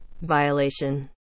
Violation